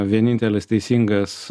vienintelis teisingas